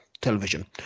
television